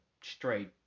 straight